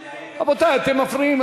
רבותי, אתם מפריעים.